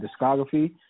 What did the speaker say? discography